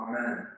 Amen